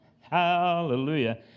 Hallelujah